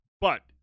But-